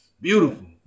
Beautiful